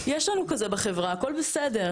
יש לנו כזה בחברה, הכל בסדר.